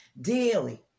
daily